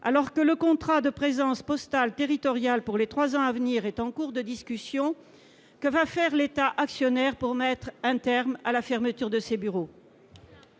alors que le contrat de présence postale territoriale pour les trois ans à venir est en cours de discussion, que va faire l'État actionnaire pour mettre un terme à la fermeture de ces bureaux ?